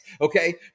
okay